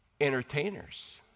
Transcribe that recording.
Entertainers